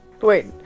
Wait